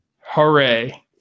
hooray